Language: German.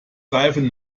reifen